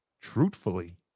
Truthfully